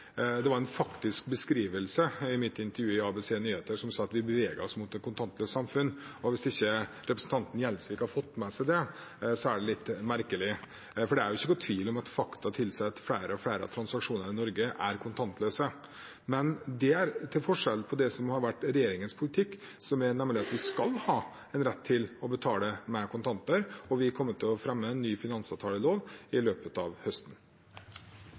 Det var en faktisk beskrivelse i intervjuet med meg i ABC Nyheter, der jeg sa at vi beveger oss mot et kontantløst samfunn. Hvis ikke representanten Gjelsvik har fått med seg det, er det litt merkelig. Det er ikke noen tvil om at fakta tilsier at flere og flere transaksjoner i Norge er kontantløse, men det er til forskjell fra det som har vært regjeringens politikk, nemlig at vi skal ha en rett til å betale med kontanter. Og vi kommer til å fremme en ny finansavtalelov i løpet av høsten.